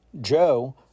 Joe